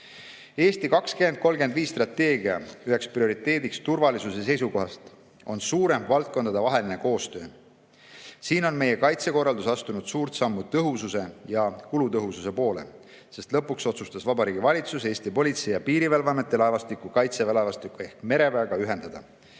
"Eesti 2035" strateegia üheks prioriteediks turvalisuse seisukohast on suurem valdkondadevaheline koostöö. Siin on meie kaitsekorraldus astunud suure sammu tõhususe ja kulutõhususe poole, sest lõpuks otsustas Vabariigi Valitsus Eesti Politsei‑ ja Piirivalveameti laevastiku Kaitseväe laevastiku ehk mereväega ühendada.